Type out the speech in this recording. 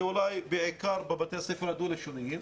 זה בעיקר בבתי הספר הדו-לשוניים.